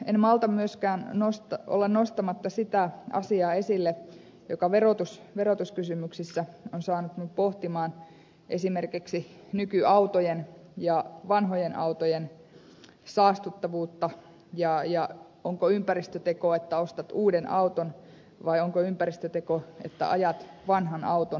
en malta myöskään olla nostamatta sitä asiaa esille joka verotuskysymyksissä on saanut minut pohtimaan esimerkiksi nykyautojen ja vanhojen autojen saastuttavuutta ja sitä onko ympäristöteko että ostat uuden auton vai onko ympäristöteko että ajat vanhan auton loppuun